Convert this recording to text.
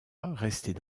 restées